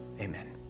amen